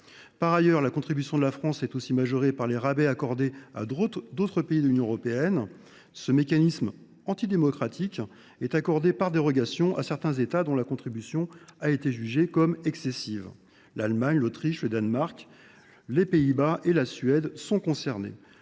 Par ailleurs, la contribution de la France est aussi majorée par les rabais accordés à d’autres pays de l’Union européenne. Ce mécanisme antidémocratique est accordé par dérogation à certains États dont la contribution a été jugée excessive. L’Allemagne, l’Autriche, le Danemark, les Pays Bas et la Suède sont concernés.